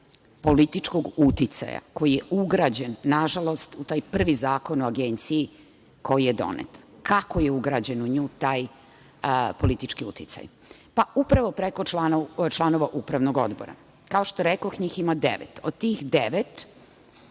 političkog uticaja koji je ugrađen nažalost u taj prvi Zakon o Agenciji koji je donet. Kako je ugrađen u nju taj politički uticaj? Upravo preko članova Upravnog odbora. Kao što rekoh, njih ima devet. Od tih devet,